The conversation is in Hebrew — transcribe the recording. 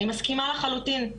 אני מסכימה לחלוטין.